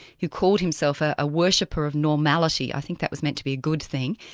who called himself ah a worshipper of normality. i think that was meant to be a good thing.